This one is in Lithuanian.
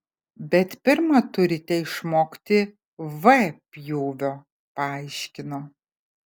bet pirma turite išmokti v pjūvio paaiškino